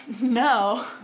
no